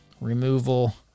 Removal